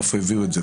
מאיפה הביאו את זה?